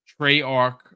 Treyarch